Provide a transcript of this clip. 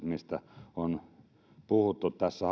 mistä on puhuttu tässä